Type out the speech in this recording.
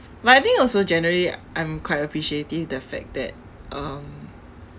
but I think also generally I'm quite appreciative the fact that um